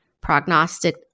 prognostic